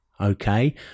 okay